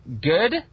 good